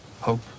Hope